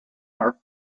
are